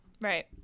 Right